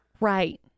Right